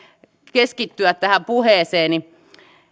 keskittyä tähän puheeseeni